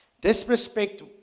Disrespect